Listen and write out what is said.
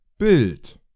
Bild